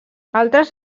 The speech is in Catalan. altres